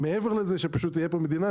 מעבר לזה שפשוט תהיה פה מדינה,